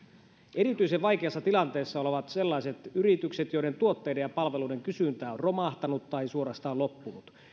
erityisen vaikeassa tilanteessa ovat sellaiset yritykset joiden tuotteiden ja palveluiden kysyntä on romahtanut tai suorastaan loppunut